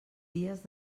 dies